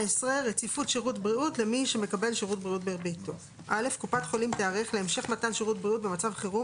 רציפות שירות בריאות למי שמקבל שירות בריאות בביתו 19. (א)קופת חולים תיערך להמשך מתן שירות בריאות במצב חירום,